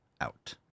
out